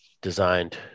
designed